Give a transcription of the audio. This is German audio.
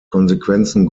konsequenzen